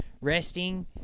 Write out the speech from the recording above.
Resting